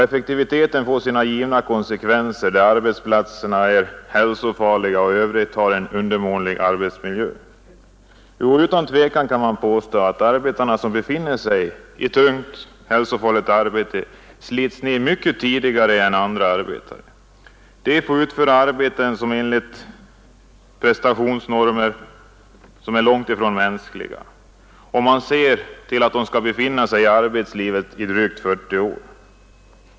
Effektiviteten får sina givna konsekvenser där arbetsplatserna är hälsofarliga och i övrigt erbjuder en undermålig arbetsmiljö. Utan tvekan kan man påstå att arbetare som befinner sig i tungt och hälsofarligt arbete slits ner mycket tidigare än andra. De får utföra arbeten enligt prestationsnormer som är långt ifrån mänskliga, om man ser till att de skall befinna sig i arbetslivet i drygt 40 år.